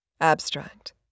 Abstract